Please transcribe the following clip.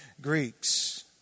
Greeks